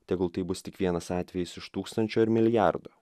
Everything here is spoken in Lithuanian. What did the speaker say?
tegul tai bus tik vienas atvejis iš tūkstančio ir milijardo